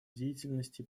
деятельности